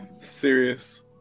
Serious